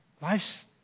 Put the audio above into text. Life's